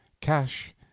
Cash